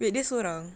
wait dia sorang